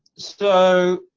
so,